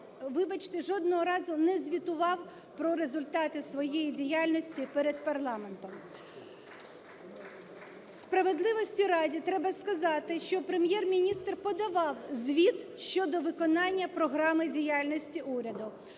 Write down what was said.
вибачте, жодного разу не звітував про результати своєї діяльності перед парламентом. Справедливості раді треба сказати, що Прем'єр-міністр подавав звіт щодо виконання програми діяльності уряду.